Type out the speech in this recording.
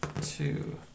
two